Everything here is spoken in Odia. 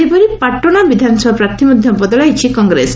ସେହିପରି ପାଟଣା ବିଧାନସଭାପ୍ରାର୍ଥୀ ମଧ୍ଧ ବଦଳାଇଛି କଂଗ୍ରେସ